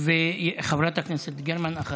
אחריה, חברת הכנסת גרמן.